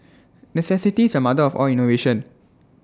necessity is the mother of all innovation